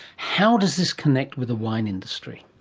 how does this connect with the wine industry?